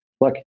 look